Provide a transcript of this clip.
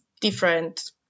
different